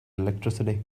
electricity